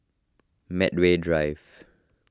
Medway Drive